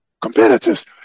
competitors